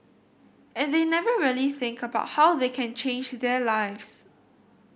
and they never really think about how they can change their lives